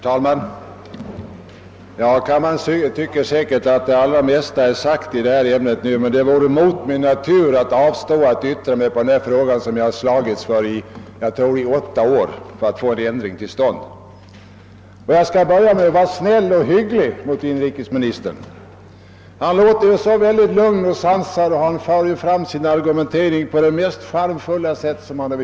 Herr talman! Kammarens ledamöter tycker säkert att det allra mesta redan är sagt, men det vore mot min natur att avstå från att yttra mig i den här frågan, när jag har slagits i — tror jag åtta år för att få en ändring till stånd. Jag skall börja med att vara snäll och hygglig mot inrikesministern. Han låter så lugn och sansad, och han för sin argumentering på ett så charmerande sätt.